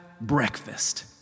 breakfast